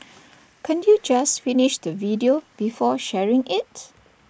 can't you just finish the video before sharing IT